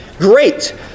Great